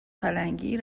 پلنگی